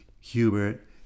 Hubert